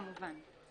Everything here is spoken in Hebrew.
כמובן.